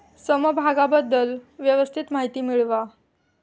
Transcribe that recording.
समभागाबद्दल व्यवस्थित माहिती मिळवा